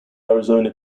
arizona